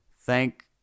Thank